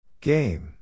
Game